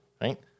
right